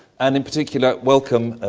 and, in particular, welcome,